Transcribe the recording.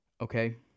okay